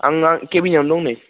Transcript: आं केबिनावनो दं नै